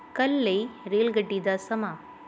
ਕੱਲ੍ਹ ਲਈ ਰੇਲਗੱਡੀ ਦਾ ਸਮਾਂ